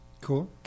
Cool